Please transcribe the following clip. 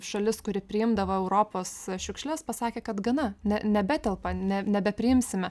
šalis kuri priimdavo europos šiukšles pasakė kad gana ne nebetelpa ne nebepriimsime